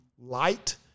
light